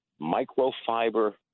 microfiber